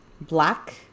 black